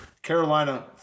carolina